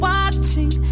Watching